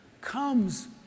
comes